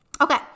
Okay